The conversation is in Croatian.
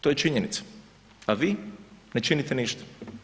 To je činjenica, a vi ne činite ništa.